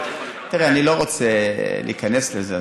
אני לא רוצה להיכנס לזה.